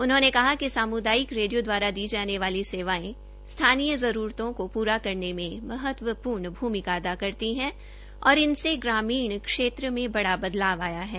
उन्होंने कहा कि सामुदायिक रेडियो दवारा दी जाने वाली सेवायें स्थानीय जरूरतों केा प्रा करने में महत्वपूर्ण भूमिका अदा करती है और इनसे ग्रामीण क्षेत्र में बड़ा बदलाव आया है